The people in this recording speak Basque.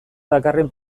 dakarren